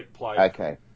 Okay